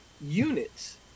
units